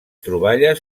troballes